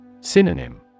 Synonym